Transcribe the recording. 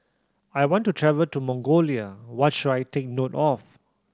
I want to travel to Mongolia what should I take note of